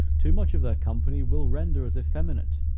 too much of their company will render us effeminate,